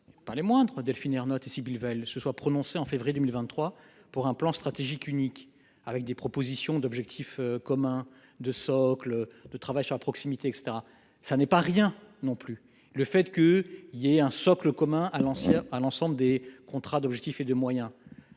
par les moindres Delphine Ernotte et Sybille veulent se soit prononcée en février 2023 pour un plan stratégique unique avec des propositions d'objectifs communs de socle de travail à proximité et cetera, ça n'est pas rien non plus le fait que il y ait un socle commun à l'ancien à l'ensemble des contrats d'objectifs et de moyens.